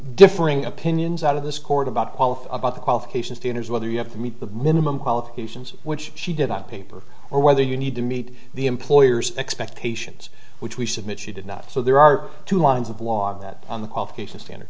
differing opinions out of this court about quality about the qualifications the it is whether you have to meet the minimum qualifications which she did at paper or whether you need to meet the employer's expectations which we submit she did not so there are two lines of law that on the qualifications standard